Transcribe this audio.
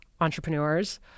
entrepreneurs